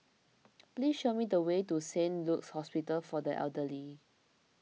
please show me the way to Saint Luke's Hospital for the Elderly